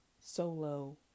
solo